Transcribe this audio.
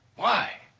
why?